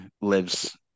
lives